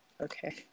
Okay